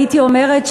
הייתי אומרת,